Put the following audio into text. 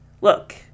Look